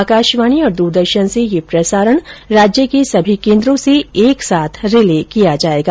आकाशवाणी और दूरदर्शन से यह प्रसारण राज्य के सभी केंद्रों से एक साथ रिले किया जाएगा